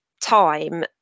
time